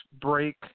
break